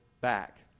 back